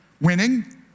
Winning